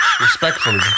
Respectfully